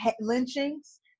lynchings